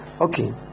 okay